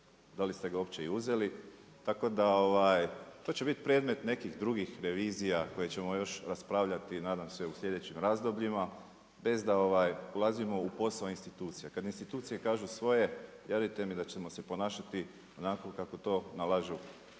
da li ste ga uopće i uzeli, tako da to će biti predmet nekih drugih revizija koje ćemo još raspravljati nadam se u slijedećim razdobljima, bez da ulazimo u posao institucija. Kad institucije kažu svoje, vjerujte da ćemo se ponašati onako kako to nalažu